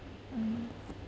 mm